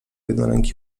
jednoręki